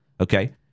Okay